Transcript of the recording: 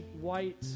white